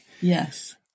Yes